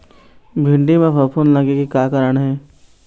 भिंडी म फफूंद लगे के का कारण ये?